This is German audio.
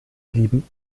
blieben